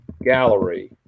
gallery